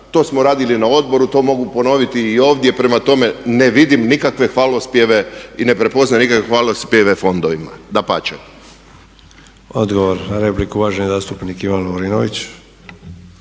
To smo radili na odboru, to mogu ponoviti i ovdje. Prema tome, ne vidim nikakve hvalospjeve i ne prepoznajem nikakve hvalospjeve fondovima. Dapače. **Sanader, Ante (HDZ)** Odgovor na repliku, uvaženi zastupnik Ivan Lovrinović.